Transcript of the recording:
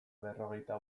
berrogeita